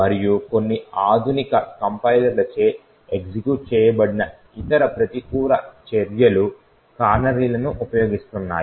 మరియు కొన్ని ఆధునిక కంపైలర్లచే ఎగ్జిక్యూట్ చేయబడిన ఇతర ప్రతికూల చర్యలు కానరీలను ఉపయోగిస్తున్నాయి